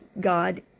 God